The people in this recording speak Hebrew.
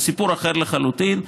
זה סיפור אחר לחלוטין,